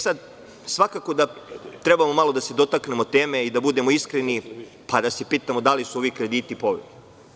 Svakako da trebamo malo da se dotaknemo teme i da budemo iskreni, pa da se pitamo da li su ovi krediti povoljni.